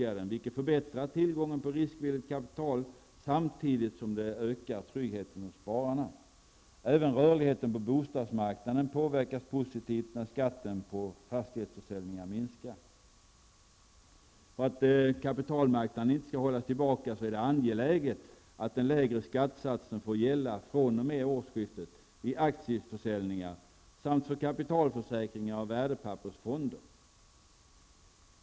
Därmed blir det en förbättring när det gäller tillgången på riskvilligt kapital. Samtidigt ökar tryggheten beträffande spararna. Även rörligheten på bostadsmarknaden påverkas positivt när skatten vid fastighetsförsäljningar minskar. För att kapitalmarknaden inte skall hållas tillbaka är det angeläget att den lägre skattesatsen får gälla fr.o.m. årsskiftet vid aktieförsäljningar samt för kapitalförsäkringar och värdepappersfonder.